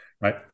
right